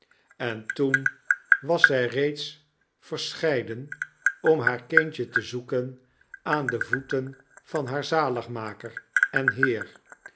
en toen was zy reeds verscheiden om haar kindje te zoeken aan de voeten van haar zaligmaker en heer